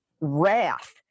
wrath